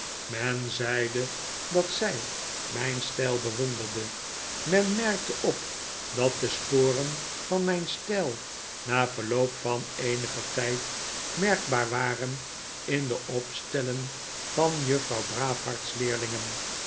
men zeide dat zy raijn styl bewonderde men merkte op dat de sporen van myn stijl na verloop van eenigen tyd merkbaar waren in de opstellen van juffrouw